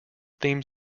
theme